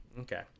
Okay